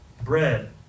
bread